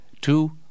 Two